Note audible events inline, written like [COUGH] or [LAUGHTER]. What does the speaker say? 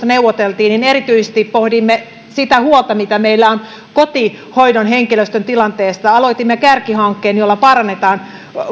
[UNINTELLIGIBLE] neuvoteltiin niin erityisesti pohdimme sitä huolta mikä meillä on kotihoidon henkilöstön tilanteesta aloitimme kärkihankkeen jolla parannetaan